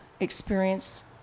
Experience